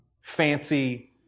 fancy